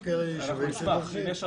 יש כאן ישובים --- אנחנו נשמח אם יש רשויות.